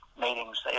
meetings